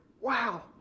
Wow